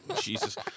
Jesus